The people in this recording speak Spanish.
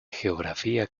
geografía